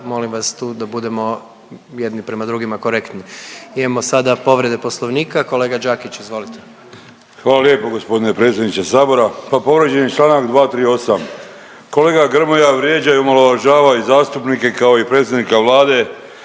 molim vas tu da budemo jedni prema drugima korektni. Imamo sada povrede Poslovnika. Kolega Đakić, izvolite. **Đakić, Josip (HDZ)** Hvala lijepo gospodine predsjedniče Sabora. Pa povrijeđen je članak 238. Kolega Grmoja vrijeđa i omalovažava i zastupnike kao i predsjednika Vlade